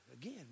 again